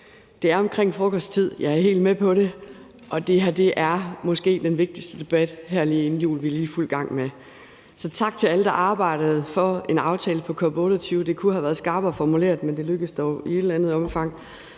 Det er omkring frokosttid; jeg er helt med på det. Det her er måske den vigtigste debat lige inden jul, vi er i fuld gang med. Tak til alle, der arbejdede for en aftale på COP 28. Det kunne have været skarpere formuleret, men det lykkedes dog i et eller andet omfang.